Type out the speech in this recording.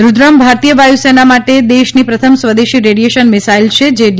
રુદ્રમ ભારતીય વાયુસેના માટે દેશની પ્રથમ સ્વદેશી રેડિએશન મિસાઈલ છે જે ડી